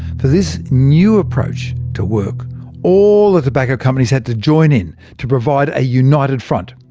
for this new approach to work all the tobacco companies had to join in, to provide a united front.